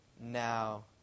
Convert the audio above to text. now